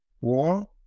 war